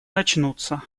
начнутся